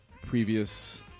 previous